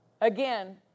Again